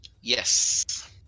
yes